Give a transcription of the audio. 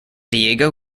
diego